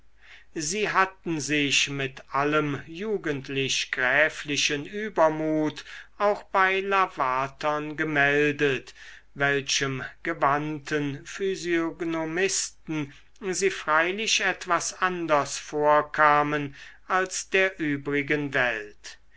sie hatten sich mit allem jugendlich gräflichen übermut auch bei lavatern gemeldet welchem gewandten physiognomisten sie freilich etwas anders vorkamen als der übrigen welt